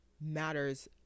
matters